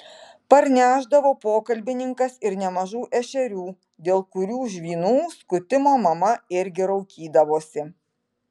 parnešdavo pokalbininkas ir nemažų ešerių dėl kurių žvynų skutimo mama irgi raukydavosi